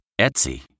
Etsy